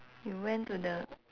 you went to the